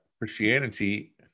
Christianity